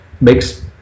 makes